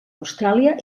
austràlia